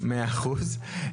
מאה אחוז,